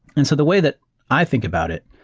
and so the way that i think about it,